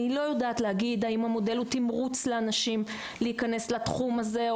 אני לא יודעת להגיד האם המודל הוא תמרוץ לאנשים להיכנס לתחום הזה,